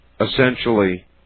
essentially